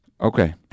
Okay